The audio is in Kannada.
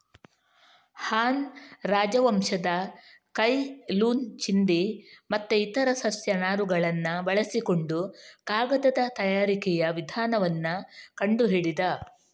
ಹಾನ್ ರಾಜವಂಶದ ಕೈ ಲುನ್ ಚಿಂದಿ ಮತ್ತೆ ಇತರ ಸಸ್ಯ ನಾರುಗಳನ್ನ ಬಳಸಿಕೊಂಡು ಕಾಗದದ ತಯಾರಿಕೆಯ ವಿಧಾನವನ್ನ ಕಂಡು ಹಿಡಿದ